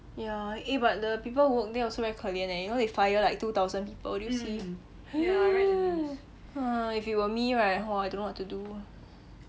ya eh but the people who work there also very 可怜 leh you know they fire like two thousand people did you see if it were me right I don't know what to do